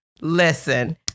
listen